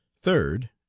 Third